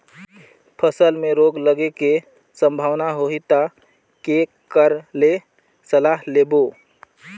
फसल मे रोग लगे के संभावना होही ता के कर ले सलाह लेबो?